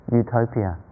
utopia